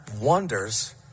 wonders